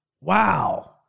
wow